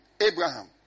Abraham